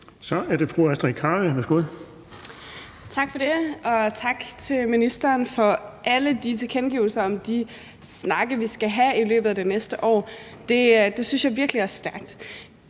Kl. 13:20 Astrid Carøe (SF): Tak for det, og tak til ministeren for alle de tilkendegivelser af de snakke, vi skal have i løbet af det næste år. Det synes jeg virkelig er stærkt.